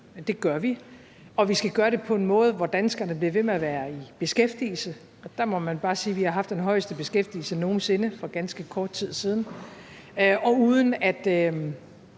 Det gør vi. Og vi skal gøre det på en måde, hvor danskerne bliver ved med at være i beskæftigelse – og der må man bare sige, at vi har haft den højeste beskæftigelse nogen sinde for ganske kort tid siden – og uden at